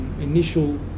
initial